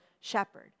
shepherd